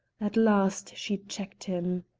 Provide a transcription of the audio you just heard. at last she checked him.